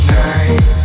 night